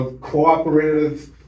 cooperative